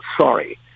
sorry